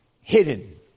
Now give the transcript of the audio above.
hidden